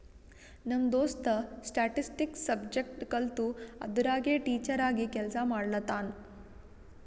ನಮ್ ದೋಸ್ತ statistics subject ಕಲ್ತು ಅದುರಾಗೆ ಟೀಚರ್ ಆಗಿ ಕೆಲ್ಸಾ ಮಾಡ್ಲತಾನ್